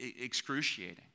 excruciating